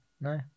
No